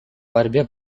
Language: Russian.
борьбе